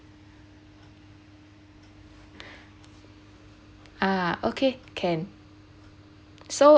ah okay can so